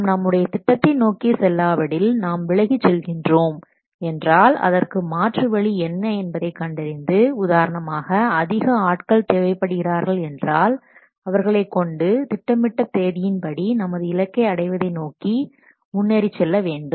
நாம் நம்முடைய திட்டத்தை நோக்கி செல்லாவிடில் நாம் விலகி செல்கின்றோம் என்றால் அதற்கு மாற்று வழி என்ன என்பதை கண்டறிந்து உதாரணமாக அதிக ஆட்கள் தேவைப்படுகிறார்கள் என்றால் அவர்களை கொண்டு திட்டமிட்ட தேதியின்படி நமது இலக்கை அடைவதை நோக்கி முன்னேறிச் செல்ல வேண்டும்